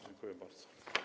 Dziękuję bardzo.